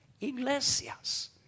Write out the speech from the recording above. iglesias